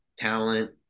talent